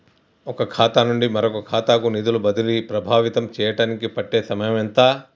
ఒక ఖాతా నుండి మరొక ఖాతా కు నిధులు బదిలీలు ప్రభావితం చేయటానికి పట్టే సమయం ఎంత?